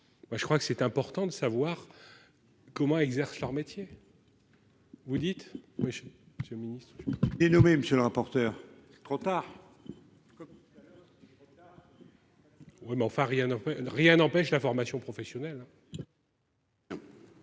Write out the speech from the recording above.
je crois que c'est important de savoir. Comment exercent leur métier. Vous dites